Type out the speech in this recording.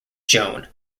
joan